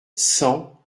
cent